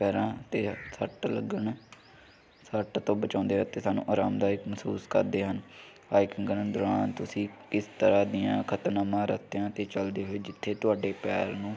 ਪੈਰਾਂ ਅਤੇ ਹੱਥ ਸੱਟ ਲੱਗਣਾ ਸੱਟ ਤੋਂ ਬਚਾਉਂਦੇ ਇੱਥੇ ਸਾਨੂੰ ਆਰਾਮਦਾਇਕ ਮਹਿਸੂਸ ਕਰਦੇ ਹਨ ਲਾਈਕ ਦੋ ਤੁਸੀਂ ਕਿਸ ਤਰ੍ਹਾਂ ਦੀਆਂ ਖਤਰਨਾਮਾ ਰਸਤਿਆਂ 'ਤੇ ਚਲਦੇ ਹੋਏ ਜਿੱਥੇ ਤੁਹਾਡੇ ਪੈਰ ਨੂੰ